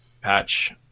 patch